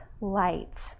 light